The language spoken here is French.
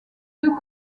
deux